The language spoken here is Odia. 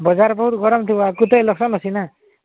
ବେଗାରପୁର୍ ଗରମ ଥିବ ଆଗକୁ ତ ଇଲେକ୍ସନ୍ ଅଛି ନା